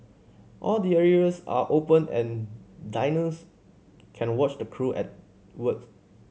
all the areas are open and diners can watch the crew at words